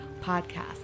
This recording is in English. podcast